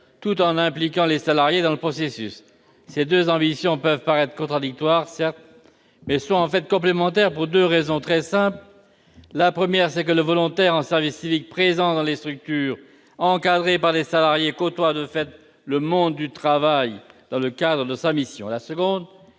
tout en impliquant les salariés dans le processus. Ces deux ambitions peuvent paraître contradictoires, certes, mais sont en fait complémentaires pour deux raisons très simples. Première raison, le volontaire du service civique, présent dans les structures et encadré par des salariés, côtoie de fait le monde du travail dans le cadre de sa mission. Seconde